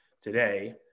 today